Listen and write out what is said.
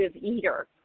eater